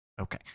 Okay